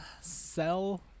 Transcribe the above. sell